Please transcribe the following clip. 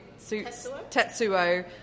Tetsuo